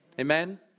Amen